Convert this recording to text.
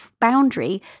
boundary